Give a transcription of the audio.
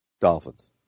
Dolphins